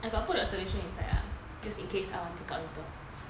I got put the solution inside lah because in case I want take out later